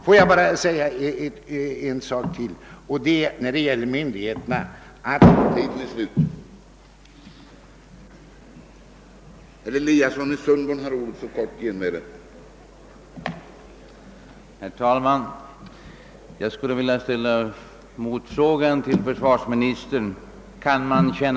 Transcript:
Får jag bara säga en sak till, nämligen när det gäller myndigheterna... Ja, herr talman jag märker att min repliktid är slut.